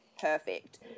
perfect